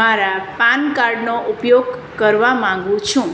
મારા પાનકાર્ડનો ઉપયોગ કરવા માગું છું